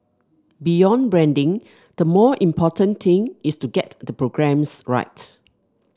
beyond branding the more important thing is to get the programmes right